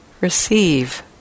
Receive